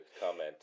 comment